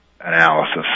analysis